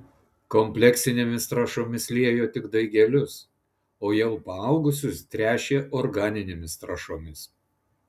kompleksinėmis trąšomis liejo tik daigelius o jau paaugusius tręšė organinėmis trąšomis